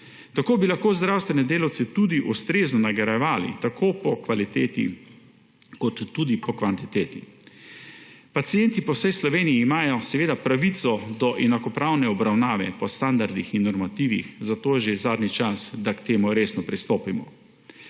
Tako bi lahko zdravstvene delavce tudi ustrezno nagrajevali po kvaliteti in tudi po kvantiteti. Pacienti po vsej Sloveniji imajo pravico do enakopravne obravnave po standardih in normativih, zato je že zadnji čas, da k temu resno pristopimo.